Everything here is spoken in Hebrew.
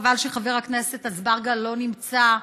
חבל שחבר הכנסת אזברגה לא נמצא.